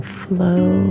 flow